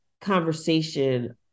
conversation